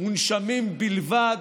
מונשמים בלבד.